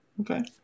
okay